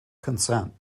consent